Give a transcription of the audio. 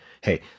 Hey